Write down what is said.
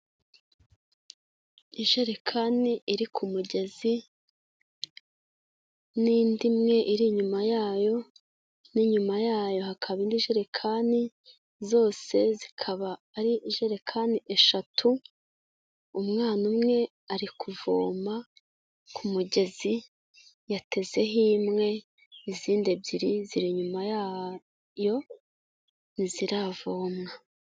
Ijerekani iri ku mugezi n'indi imwe iri inyuma yayo, n'inyuma yayo hakaba indi jerekani, zose zikaba ari ijerekani eshatu, umwana umwe ari kuvoma ku mugezi, yatezeho imwe, izindi ebyiri ziri inyuma yayo, ntiziravomwa.